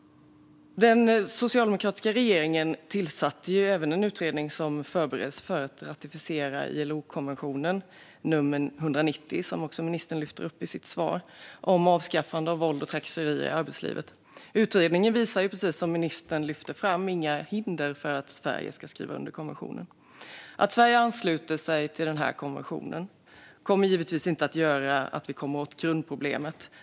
Den socialdemokratiska regeringen tillsatte även en utredning som förberedelse för att ratificera ILO-konvention 190, som ministern också lyfter upp i sitt svar, om avskaffande av våld och trakasserier i arbetslivet. Utredningen visar ju, precis som ministern lyfter fram, inga hinder för att Sverige ska skriva under konventionen. Att Sverige ansluter sig till konventionen kommer givetvis inte att göra att vi kommer åt grundproblemet.